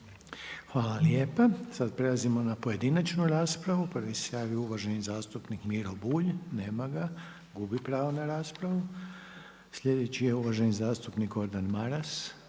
Hvala lijepa. Sada prelazimo na pojedinačnu raspravu. Prvi se javio uvaženi zastupnik Miro Bulj. Nema ga, gubi pravo na raspravu. Sljedeći je uvaženi zastupnik Gordan Maras.